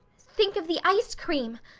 think of the ice cream!